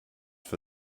for